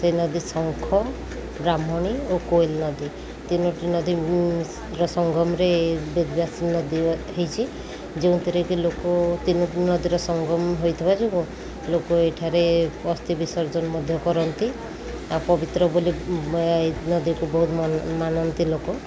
ସେଇ ନଦୀ ଶଙ୍ଖ ବ୍ରାହ୍ମଣୀ ଓ କୋଇଲ ନଦୀ ତିନୋଟି ନଦୀର ସଙ୍ଗମରେ ବେଦବ୍ୟାସ ନଦୀ ହେଇଛି ଯେଉଁଥିରେ କି ଲୋକ ତିନୋଟି ନଦୀର ସଙ୍ଗମ ହୋଇଥିବା ଯୋଗୁଁ ଲୋକ ଏଠାରେ ଅସ୍ତି ବିସର୍ଜନ ମଧ୍ୟ କରନ୍ତି ଆଉ ପବିତ୍ର ବୋଲି ଏଇ ନଦୀକୁ ବହୁତ ମାନନ୍ତି ଲୋକ